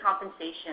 compensation